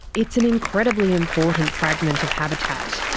it's an incredibly important fragment of habitat,